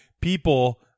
people